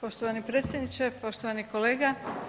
Poštovani predsjedniče, poštovani kolega.